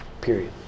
Period